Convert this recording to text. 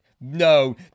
No